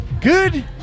Good